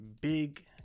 Big